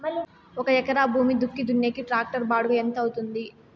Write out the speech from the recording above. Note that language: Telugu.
ఒక ఎకరా భూమి దుక్కి దున్నేకి టాక్టర్ బాడుగ ఎంత అవుతుంది?